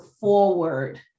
forward